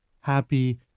happy